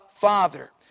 Father